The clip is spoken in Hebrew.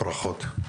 ברכות.